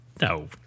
no